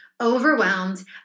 overwhelmed